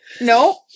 no